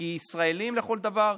כישראלים לכל דבר.